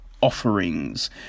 offerings